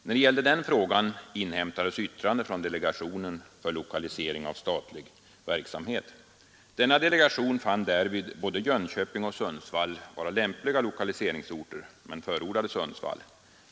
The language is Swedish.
När det gällde den frågan inhämtades yttrande från delegationen för lokalisering av statlig verksamhet. Denna delegation fann därvid både Jönköping och Sundsvall vara lämpliga lokaliseringsorter men förordade Sundsvall.